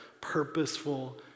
purposeful